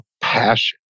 passion